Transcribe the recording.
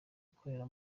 ikorera